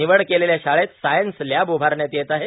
निवड केलेल्या शाळेत सायन्स लॅब उभारण्यात येत आहे